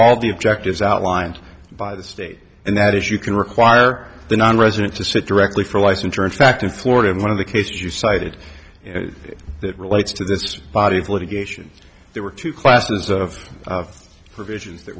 all the objectives outlined by the state and that is you can require the nonresident to sit directly for licensure in fact in florida and one of the cases you cited that relates to this body of litigation there were two classes of provisions that